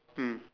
mm